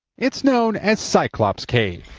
it's known as cyclops cave.